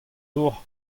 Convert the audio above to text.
dour